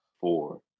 four